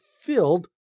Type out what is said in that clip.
filled